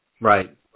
Right